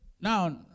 Now